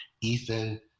Ethan